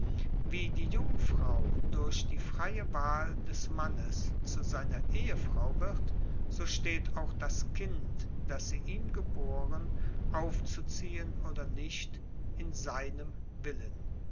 wie die jungfrau durch die freie wahl des mannes zu seiner ehefrau wird so steht auch das kind das sie ihm geboren aufzuziehen oder nicht in seinem freien willen